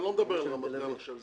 אני לא מדבר על רמת גן עכשיו,